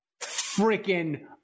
freaking